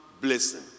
blessing